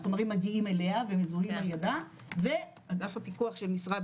החומרים מגיעים אליה ומזוהים על ידה ומשרד הבריאות